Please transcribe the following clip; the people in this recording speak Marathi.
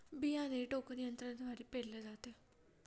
बियाणे टोकन यंत्रद्वारे पेरले जाते